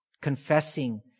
confessing